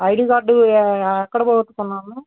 ID card ఎ ఎక్కడ పోగొట్టుకున్నావు